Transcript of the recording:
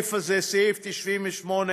בסעיף הזה, סעיף 98,